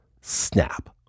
snap